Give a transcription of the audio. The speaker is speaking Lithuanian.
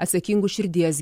atsakingus širdies